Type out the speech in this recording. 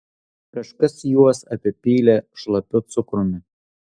kažkas juos apipylė šlapiu cukrumi